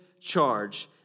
charge